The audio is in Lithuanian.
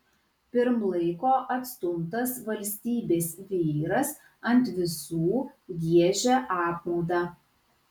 pirm laiko atstumtas valstybės vyras ant visų giežia apmaudą